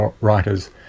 writers